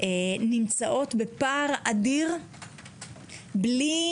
נמצאות בפער אדיר בלי